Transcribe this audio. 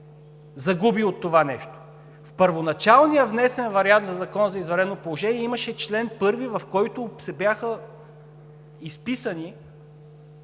загуби от това нещо. В първоначално внесения вариант на Закона за извънредното положение имаше чл. 1, в който бяха изписани